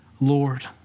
Lord